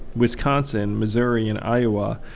wisconsin, missouri and iowa.